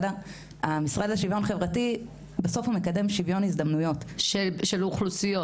המשרד לשוויון חברתי מקדם שוויון הזדמנויות של אוכלוסיות.